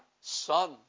son